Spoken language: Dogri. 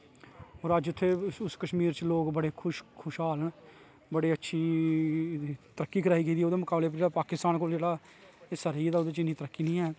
ओर अज उत्थै उस कशमीर च लोक बडे़ खुश खुशहाल ना बड़ी अच्छी तरक्की कराई गेदी ओहदे मुकावले च जेहड़ा पाकिस्तान कोल जेहड़ा हिस्सा रेही गेदा ओहदे च इन्नी तरक्की नेईं ऐ